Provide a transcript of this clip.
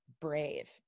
brave